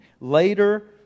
Later